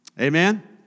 Amen